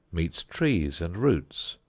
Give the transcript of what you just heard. meets trees and roots,